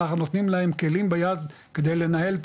אנחנו נותנים להם כלים ביד כדי לנהל את